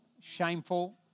shameful